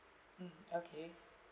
mm okay